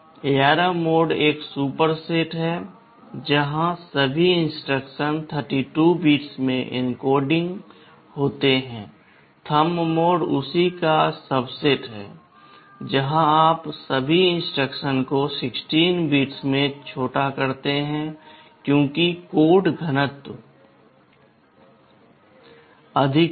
ARM mode एक superset है जहां सभी इंस्ट्रक्शन32 बिट्स में एन्कोडिंग होते हैं थम्ब मोड उसी का सबसेट है जहां आप सभी इंस्ट्रक्शन को 16 बिट्स में छोटा करते हैं क्योंकि कोड घनत्व अधिक होगा